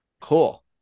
Cool